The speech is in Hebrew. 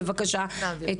בבקשה,